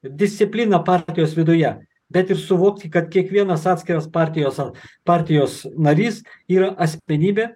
discipliną partijos viduje bet ir suvokti kad kiekvienas atskiras partijos ar partijos narys yra asmenybė